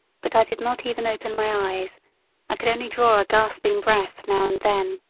but i did not even open my eyes i could only draw a gasping breath now and then.